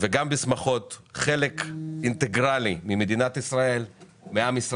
וגם בשמחות ומהווים חלק אינטגרלי ממדינת ישראל,